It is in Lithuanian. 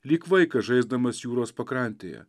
lyg vaikas žaisdamas jūros pakrantėje